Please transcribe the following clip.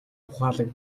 ухаалаг